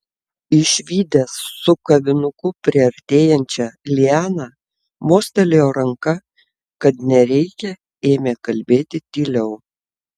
išvydęs su kavinuku priartėjančią lianą mostelėjo ranka kad nereikia ėmė kalbėti tyliau